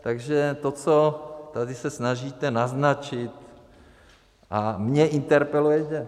Takže to, co tady se snažíte naznačit a mě interpelujete.